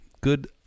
good